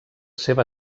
seva